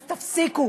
אז תפסיקו.